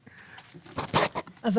כן,